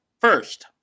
first